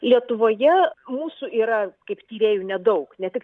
lietuvoje mūsų yra kaip tyrėjų nedaug ne tik